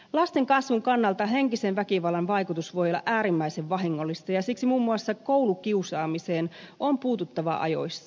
lasten kasvun kannalta henkisen väkivallan vaikutus voi olla äärimmäisen vahingollista ja siksi muun muassa koulukiusaamiseen on puututtava ajoissa